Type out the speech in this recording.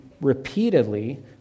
repeatedly